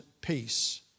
peace